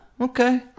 okay